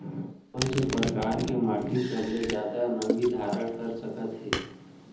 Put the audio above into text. कोन से परकार के माटी सबले जादा नमी धारण कर सकत हे?